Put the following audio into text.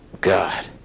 God